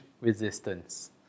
resistance